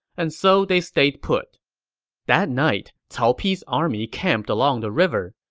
and so they stayed put that night, cao pi's army camped along the river.